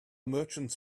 merchants